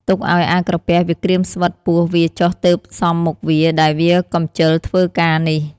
ទុកឲ្យអាក្រពះ វាក្រៀមស្វិតពោះវាចុះទើបសមមុខវា ដែលវាកំជិលធ្វើ ការនេះ ។